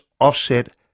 offset